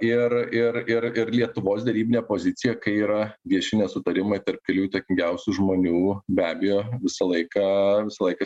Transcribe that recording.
ir ir ir ir lietuvos derybinė pozicija kai yra vieši nesutarimai tarp trijų įtakingiausių žmonių be abejo visą laiką visą laiką